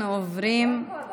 אם כן, תוצאות ההצבעה: שלושה בעד,